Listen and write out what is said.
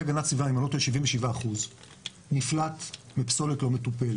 הגנת הסביבה אם אני לא טועה 77% נפלט מפסולת לא מטופלת.